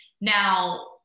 Now